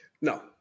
No